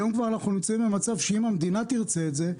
היום אנחנו כבר נמצאים במצב שאם המדינה תרצה את זה,